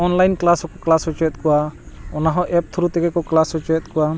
online class ᱦᱚᱸᱠᱚ class ᱦᱚᱪᱚᱭᱮᱫ ᱠᱚᱣᱟ ᱚᱱᱟᱦᱚᱸ ᱮᱯ ᱛᱷᱨᱩ ᱛᱮᱜᱮ ᱠᱚ ᱠᱞᱟᱥ ᱦᱚᱪᱚᱭᱮᱫ ᱠᱚᱣᱟ